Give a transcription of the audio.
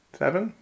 seven